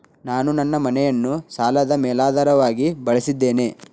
ನಾನು ನನ್ನ ಮನೆಯನ್ನು ಸಾಲದ ಮೇಲಾಧಾರವಾಗಿ ಬಳಸಿದ್ದೇನೆ